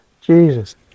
Jesus